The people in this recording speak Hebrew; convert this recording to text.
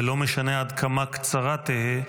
ולא משנה עד כמה קצרה תהא,